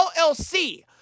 LLC